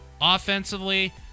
Offensively